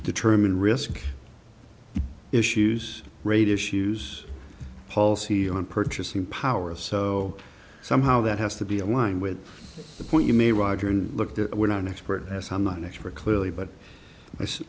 determine risk issues radius use policy on purchasing power so somehow that has to be aligned with the point you may roger and looked at we're not an expert as i'm not an expert clearly but